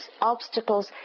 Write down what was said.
obstacles